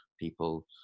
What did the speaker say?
people